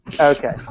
Okay